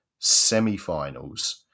semifinals